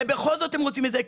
ובכל זאת הם רוצים את זה,